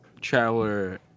traveler